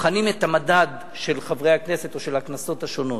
בוחנים את המדד של חברי הכנסת או של הכנסות השונות,